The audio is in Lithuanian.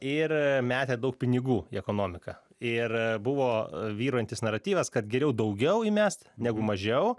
ir metė daug pinigų į ekonomiką ir buvo vyraujantis naratyvas kad geriau daugiau įmest negu mažiau